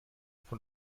von